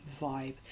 vibe